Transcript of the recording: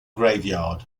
graveyard